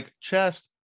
chest